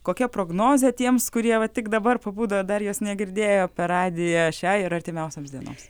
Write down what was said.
kokia prognozė tiems kurie va tik dabar pabudo dar jos negirdėjo per radiją šią ir artimiausioms dienoms